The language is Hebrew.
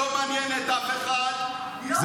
שלא מעניין את אף אחד --- כנסת ישראל.